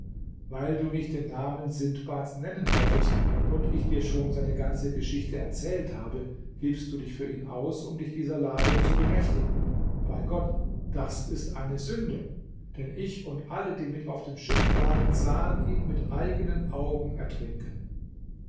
weil du mich den namen sindbads nennen hörtest und ich dir schon seine ganze geschichte erzählt habe gibst du dich für ihn aus um dich dieser ladung zu bemächtigen bei gott das ist eine sünde denn ich und alle die mit auf dem schiff waren sahen ihn mit eigenen augen ertrinken